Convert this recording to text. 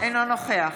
אינו נוכח